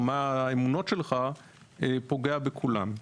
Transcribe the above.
או מה האמונות שלך פוגע בכולם,